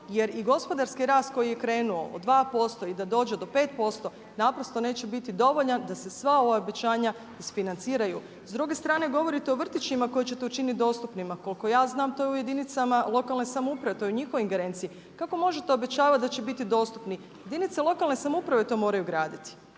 jer i gospodarski rast koji je krenuo od 2% i da dođe do 5% naprosto neće biti dovoljan da se sva ova obećanja isfinanciraju. S druge strane govorite o vrtićima koje ćete učiniti dostupnima. Koliko ja znam to je u jedinicama lokalne samouprave, to je u njihovoj ingerenciji. Kako možete obećavati da će biti dostupni? Jedinice lokalne samouprave to moraju graditi,